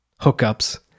hookups